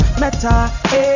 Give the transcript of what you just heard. meta